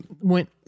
went